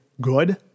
good